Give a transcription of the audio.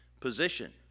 position